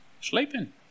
Sleeping